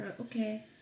Okay